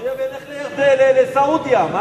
שהאויב ילך לירדן, לסעודיה.